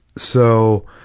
so,